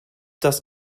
das